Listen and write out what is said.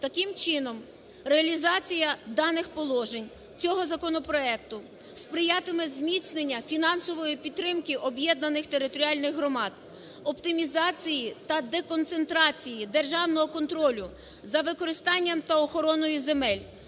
Таким чином, реалізація даних положень цього законопроекту сприятиме зміцненню фінансової підтримки об'єднаних територіальних громад, оптимізації та деконцентрації державного контролю за використанням та охороною земель,